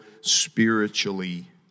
spiritually